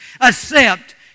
Accept